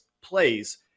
plays